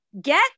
get